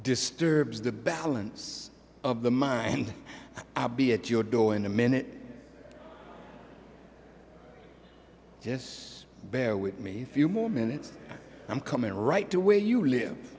disturbs the balance of the mind i'll be at your door in a minute just bear with me a few more minutes i'm coming right to where you live